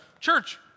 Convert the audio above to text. church